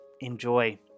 enjoy